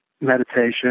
meditation